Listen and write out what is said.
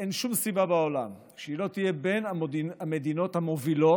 אין שום סיבה בעולם שהיא לא תהיה בין המדינות המובילות